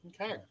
Okay